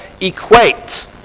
equate